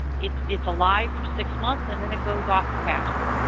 it's it's alive for six months and then it goes off to pasture.